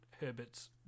Herbert's